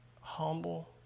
humble